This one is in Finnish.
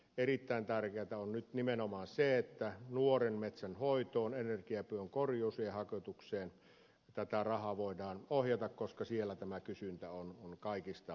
erittäin tärkeätä on nyt nimenomaan se että nuoren metsän hoitoon energiapuun korjuuseen ja haketukseen tätä rahaa voidaan ohjata koska siellä tämä kysyntä on kaikista vahvinta